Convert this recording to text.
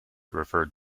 referred